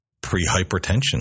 pre-hypertension